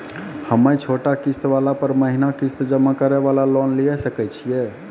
हम्मय छोटा किस्त वाला पर महीना किस्त जमा करे वाला लोन लिये सकय छियै?